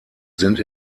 sind